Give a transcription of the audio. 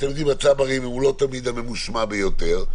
הצברים הם לא תמיד ממושמעים ביותר,